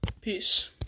Peace